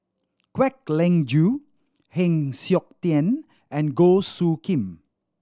Kwek Leng Joo Heng Siok Tian and Goh Soo Khim